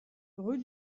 rue